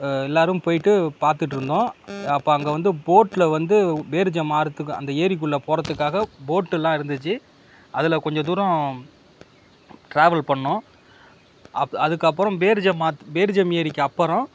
எல்லோரும் போயிட்டு பார்த்துட்டுருந்தோம் அப்போ அங்கே வந்து போட்டில் வந்து பேரிஜம் ஆறுக்கு அந்த ஏரிக்குள்ள போகிறத்துக்காக போட்டுல்லாம் இருந்துச்சு அதில் கொஞ்சம் தூரம் ட்ராவல் பண்ணிணோம் அப் அதுக்கப்புறம் பேரிஜம் ஆத்து பேரிஜம் எரிக்கு அப்புறம்